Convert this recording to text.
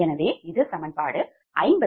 எனவே இது சமன்பாடு 56